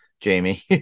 Jamie